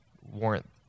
warrant